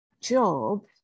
job